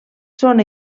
són